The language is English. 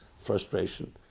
frustration